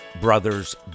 Brothers